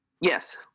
yes